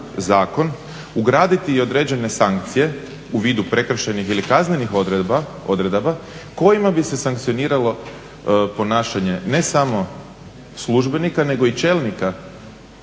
ugraditi i određene sankcije u vidu prekršajnih ili kaznenih odredaba kojima bi se sankcioniralo ponašanje ne samo službenika nego i čelnika